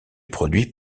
produits